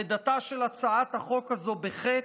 לידתה של הצעת החוק הזו בחטא,